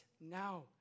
now